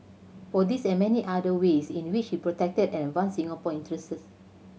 for this and many other ways in which he protected and advanced Singapore's interest